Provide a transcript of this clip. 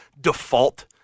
default –